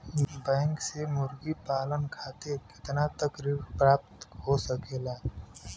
Bank से मुर्गी पालन खातिर कितना तक ऋण प्राप्त हो सकेला?